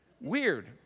Weird